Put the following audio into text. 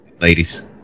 ladies